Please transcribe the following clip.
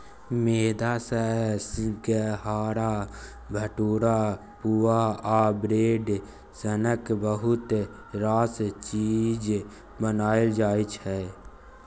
मेदा सँ सिंग्हारा, भटुरा, पुआ आ ब्रेड सनक बहुत रास चीज बनाएल जाइ छै